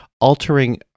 altering